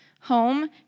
home